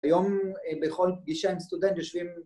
‫היום בכל פגישה עם סטודנט יושבים...